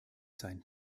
sein